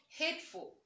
hateful